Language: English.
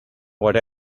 what